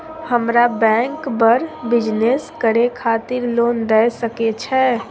हमरा बैंक बर बिजनेस करे खातिर लोन दय सके छै?